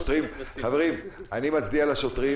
חברים, אני מצדיע לשוטרים.